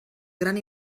gran